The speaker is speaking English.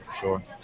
Sure